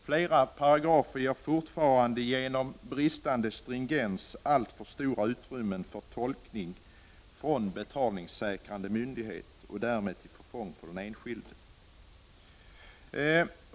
Flera paragrafer ger fortfarande på grund av bristande stringens alltför stora utrymmen för tolkning från betalningssäkrande myndighet, och de blir därmed till förfång för den enskilde.